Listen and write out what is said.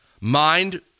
Mind